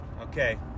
Okay